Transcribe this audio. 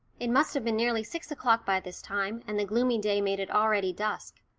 it must have been nearly six o'clock by this time, and the gloomy day made it already dusk.